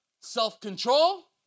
self-control